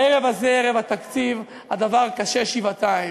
בערב הזה, ערב התקציב, הדבר קשה שבעתיים.